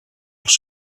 als